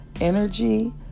energy